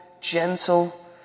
gentle